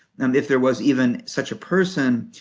and if there was even such a person,